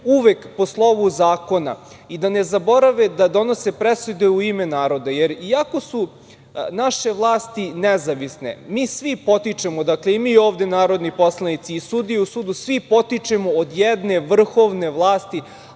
uvek po slovu zakona i da ne zaborave da donose presude u ime naroda. Jer iako su naše vlasti nezavisne, mi svi potičemo, dakle, i mi ovde narodni poslanici i sudije u sudu, svi potičemo od jedne vrhovne vlasti,